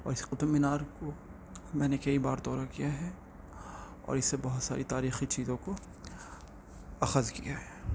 اور اس قطب مینار کو میں نے کئی بار دورہ کیا ہے اور اس سے بہت ساری تاریخی چیزوں کو اخذ کیا ہے